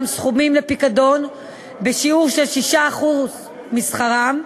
סכומים לפיקדון בשיעור של 16% משכרם.